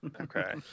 okay